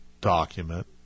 document